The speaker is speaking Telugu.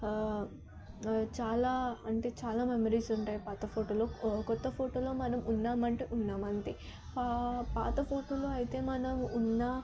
చాలా అంటే చాలా మెమోరీస్ ఉంటాయి పాత ఫోటోలో కొత్త ఫోటోలో మనం ఉన్నామంటే ఉన్నాం అంతే పాత ఫోటోలో అయితే మనం ఉన్నా